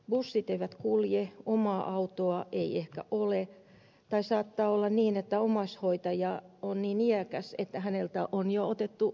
bussit eivät kulje omaa autoa ei ehkä ole tai saattaa olla niin että omaishoitaja on niin iäkäs että häneltä on jo otettu ajokortti pois